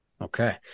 Okay